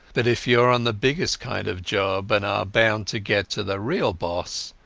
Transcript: but if youare on the biggest kind of job and are bound to get to the real boss,